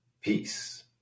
Peace